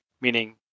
meaning